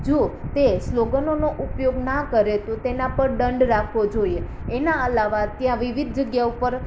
જોતે સ્લોગનોનો ઉપયોગ ના કરે તો તેના પર દંડ રાખવો જોઈએ એના અલાવા ત્યાં વિવિધ જગ્યાઓ ઉપર